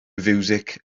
fiwsig